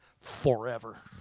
forever